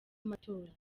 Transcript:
amatora